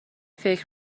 فکر